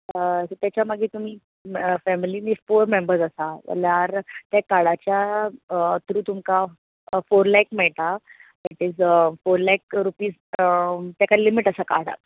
तेच्या मागीर तुमी फेमिलीनी फौर मॅम्बर्स आसा जाल्यार तें कार्डाच्या तुमकां फौर लेख मेळटा फौर लेख रुपीझ ताका लिमीट आसा कार्डाक